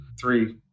three